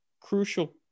crucial